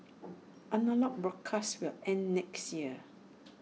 analogue broadcasts will end next year